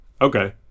Okay